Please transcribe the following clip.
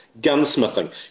gunsmithing